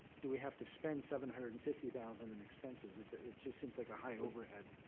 do we have to spend seven hundred and fifty thousand in expenses, it just seems like a high overhead.